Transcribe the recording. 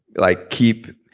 like, keep.